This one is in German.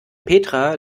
petra